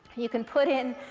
you can put in